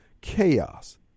chaos